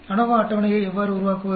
ANOVA அட்டவணையை எவ்வாறு உருவாக்குவது